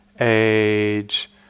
age